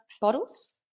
bottles